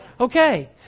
Okay